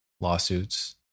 lawsuits